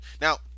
Now